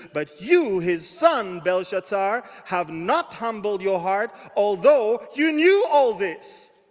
but you his son, belshazzar, have not humbled your heart, although you knew all this.